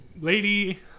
Lady